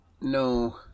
no